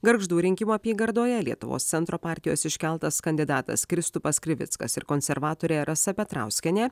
gargždų rinkimų apygardoje lietuvos centro partijos iškeltas kandidatas kristupas krivickas ir konservatorė rasa petrauskienė